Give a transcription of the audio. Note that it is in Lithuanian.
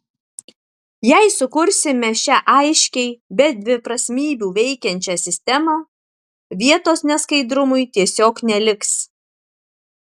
jei sukursime šią aiškiai be dviprasmybių veikiančią sistemą vietos neskaidrumui tiesiog neliks